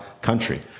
country